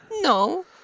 No